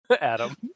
Adam